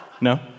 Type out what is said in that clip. No